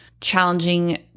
challenging